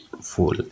full